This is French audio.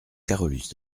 carolus